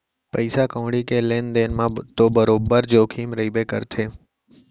पइसा कउड़ी के लेन देन म तो बरोबर जोखिम रइबे करथे